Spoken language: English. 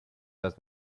does